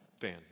fan